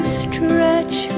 stretch